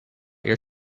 your